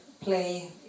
play